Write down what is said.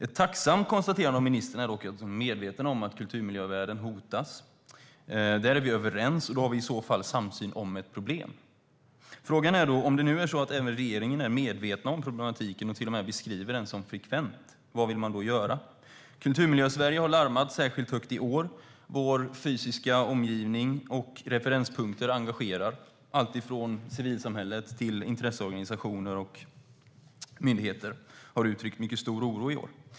Ett tacksamt konstaterande av ministern är dock att hon är medveten om att kulturmiljövärden hotas. Där är vi överens, och då har vi i så fall samsyn om ett problem. Frågan är då: Om nu även regeringen är medveten om problematiken och till och med beskriver den som frekvent, vad vill man då göra? Kulturmiljösverige har larmat särskilt högt i år. Vår fysiska omgivning och referenspunkter engagerar, alltifrån civilsamhället till intresseorganisationer och myndigheter, och har uttryckt stor oro i år.